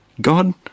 God